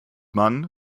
man